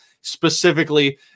specifically